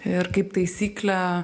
ir kaip taisyklė